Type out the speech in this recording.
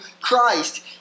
Christ